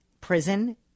prison